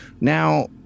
now